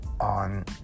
on